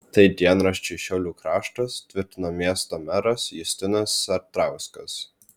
tai dienraščiui šiaulių kraštas tvirtino miesto meras justinas sartauskas